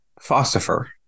Phosphor